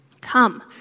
Come